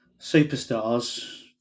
superstars